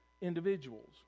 individuals